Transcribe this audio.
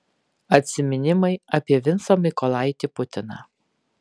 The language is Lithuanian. atsiminimai apie vincą mykolaitį putiną